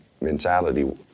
mentality